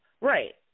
Right